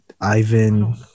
Ivan